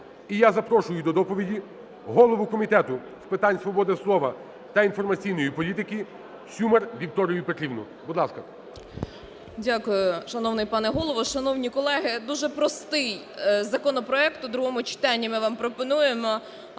І я запрошую до доповіді голову Комітету з питань свободи слова та інформаційної політики Сюмар Вікторію Петрівну. Будь ласка.